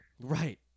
Right